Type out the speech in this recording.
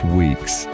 weeks